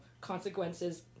consequences